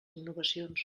innovacions